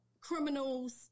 Criminals